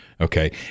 Okay